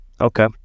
Okay